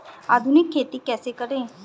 आधुनिक खेती कैसे करें?